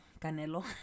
Canelo